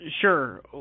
Sure